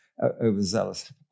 overzealous